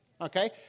Okay